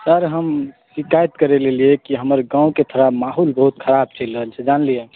sir हम शिकायत करै लए एलियै कि हमर गाम के माहौल थोड़ा खराब चलि रहल छै जानलियै